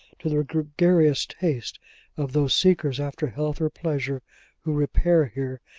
to the gregarious taste of those seekers after health or pleasure who repair here,